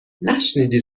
نشنیدی